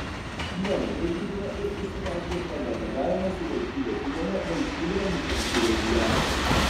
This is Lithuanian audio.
ne mažiau džiugina ir užsimezgęs bendradarbiavimas su valstybės įmone valstybine miškų urėdija